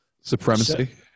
Supremacy